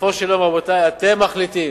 בסופו של יום, רבותי, אתם מחליטים,